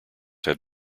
have